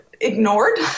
ignored